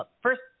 First